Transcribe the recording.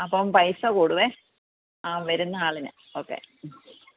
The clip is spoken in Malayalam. അപ്പോൾ പൈസ കൂടുവേ ആ വരുന്ന ആളിന് ഓക്കെ മ്മ്